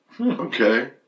Okay